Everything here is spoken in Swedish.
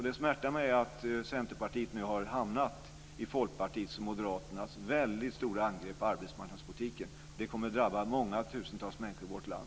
Det smärtar mig att Centerpartiet nu har hamnat i Folkpartiets och Moderaternas stora angrepp på arbetsmarknadspolitiken. Det kommer att drabba många tusentals människor i vårt land.